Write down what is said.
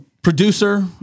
producer